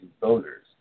voters